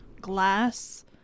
glass